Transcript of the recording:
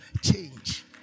change